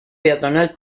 peatonal